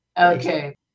okay